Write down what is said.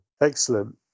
excellent